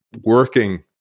working